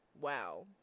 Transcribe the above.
wow